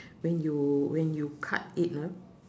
when you when you cut it ah